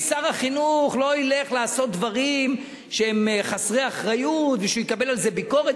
שר החינוך לא ילך לעשות דברים שהם חסרי אחריות ושהוא יקבל על זה ביקורת.